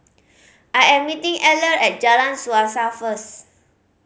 I am meeting Eller at Jalan Suasa first